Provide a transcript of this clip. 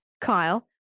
Kyle